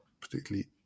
particularly